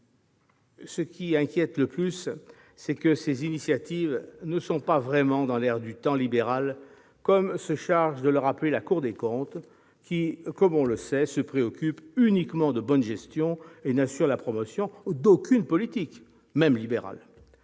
Ce qui inquiète le plus, c'est que ces initiatives ne sont pas vraiment dans l'air du temps libéral, comme se charge de le rappeler la Cour des comptes, qui, comme on le sait, se préoccupe uniquement de bonne gestion et n'assure la promotion d'aucune politique, même libérale.